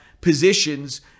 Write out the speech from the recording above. positions